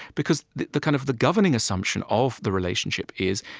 because the the kind of the governing assumption of the relationship is,